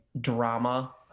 drama